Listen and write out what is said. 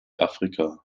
afrika